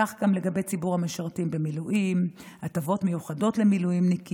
כך גם לגבי ציבור המשרתים במילואים: הטבות מיוחדות למילואימניקים,